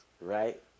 right